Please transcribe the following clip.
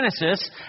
Genesis